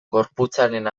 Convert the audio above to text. gorputzaren